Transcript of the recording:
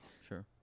Sure